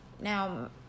Now